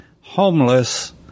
homeless